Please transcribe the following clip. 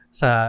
sa